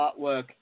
artwork